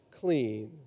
clean